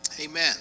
Amen